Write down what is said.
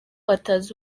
atazi